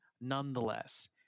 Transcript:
nonetheless